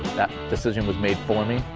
that decision was made for me.